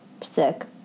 Sick